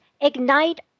ignite